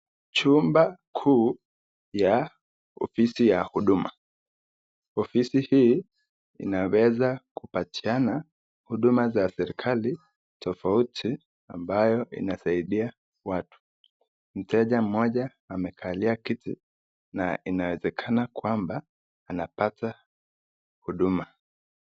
Chumba kuu ya ofisi ya huduma , ofisi hii inaweza kupatiana na huduma za serikali tofauti ambayo inasaidia watu. Mteja mmoja amekalia kiti na inawezekana kwamba anapata huduma.